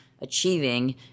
achieving